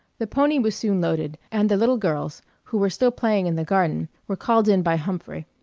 the pony was soon loaded, and the little girls, who were still playing in the garden, were called in by humphrey.